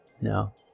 No